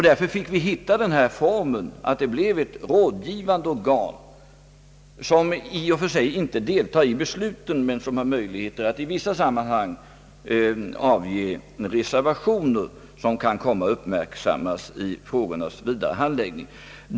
Därför fick vi hitta på denna form, varigenom det blev ett rådgivande organ som i och för sig inte deltar i besluten men som i vissa sammanhang har möjlighet att avge reservationer vilka kan komma att uppmärksammas vid frågornas vidare handläggning.